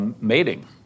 Mating